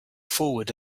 forward